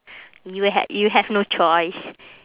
you had you have no choice